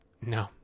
no